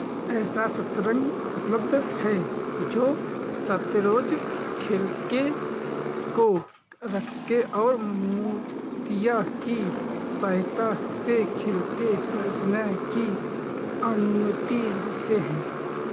ऐसा शतरंज उपलब्ध है जो शतरंज खेल के को रख कर और मू तिया की सहायता से खिलते रहने की अनुमति देते हैं